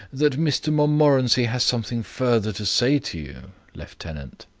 that mr montmorency has something further to say to you, lieutenant.